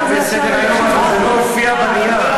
היה בסדר-היום אבל זה לא הופיע בנייר.